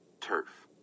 turf